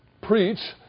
preach